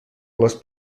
les